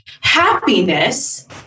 happiness